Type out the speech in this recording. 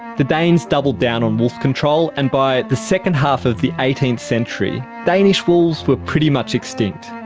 the danes doubled down on wolf control, and by the second half of the eighteenth century danish wolves were pretty much extinct.